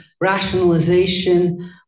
rationalization